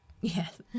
Yes